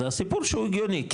זה הסיפור שהוא הגיוני,